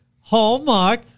Hallmark